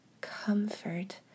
comfort